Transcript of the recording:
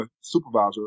supervisor